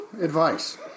advice